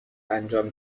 انجام